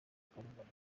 akarengane